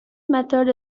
method